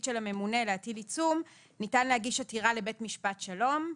של הממונה להטיל עיצום ניתן להגיש עתירה לבית משפט שלום.